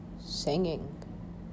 singing